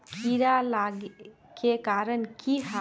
कीड़ा लागे के कारण की हाँ?